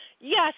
yes